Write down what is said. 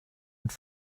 mit